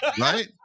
Right